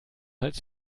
als